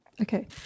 Okay